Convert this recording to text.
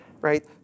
right